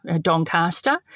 Doncaster